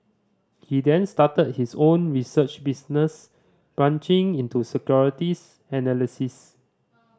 he then started his own research business branching into securities analysis